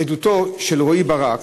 עדותו של רועי ברק,